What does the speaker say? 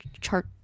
chart